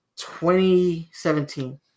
2017